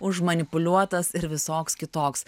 užmanipuliuotas ir visoks kitoks